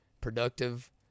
productive